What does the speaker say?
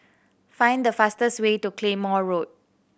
find the fastest way to Claymore Road